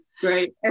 Great